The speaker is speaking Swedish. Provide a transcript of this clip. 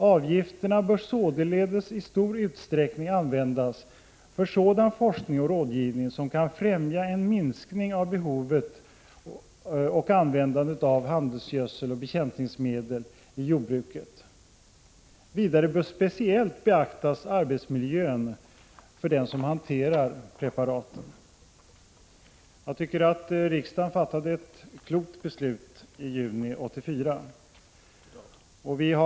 Avgifterna bör således i stor utsträckning användas för sådan forskning och rådgivning som kan främja en minskning av behovet och användandet av handelsgödsel och bekämpningsmedel i jordbruket. Vidare bör speciellt beaktas arbetsmiljön 151 för dem som hanterar preparaten.” Jag tycker att riksdagen fattade ett klokt beslut i juni 1984.